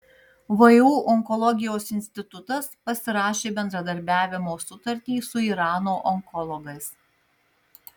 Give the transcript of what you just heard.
vu onkologijos institutas pasirašė bendradarbiavimo sutartį su irano onkologais